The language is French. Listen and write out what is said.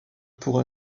pour